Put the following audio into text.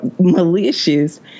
malicious